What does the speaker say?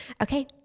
Okay